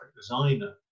designer